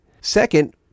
Second